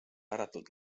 ääretult